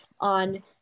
on